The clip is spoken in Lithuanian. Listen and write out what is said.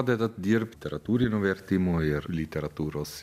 pradedat dirbt literatūrinių vertimų ir literatūros